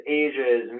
ages